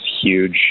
huge